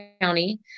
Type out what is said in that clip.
County